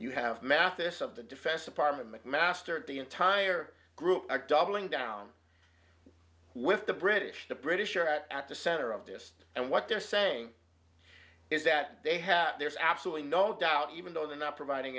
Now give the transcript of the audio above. you have mathis of the defense department mcmaster of the entire group are doubling down with the british the british are at the center of this and what they're saying is that they have there's absolutely no doubt even though they're not providing